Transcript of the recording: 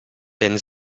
wenn